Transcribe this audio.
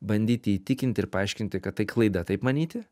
bandyti įtikinti ir paaiškinti kad tai klaida taip manyti